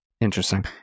interesting